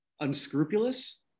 Unscrupulous